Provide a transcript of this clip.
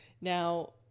Now